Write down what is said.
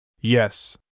Yes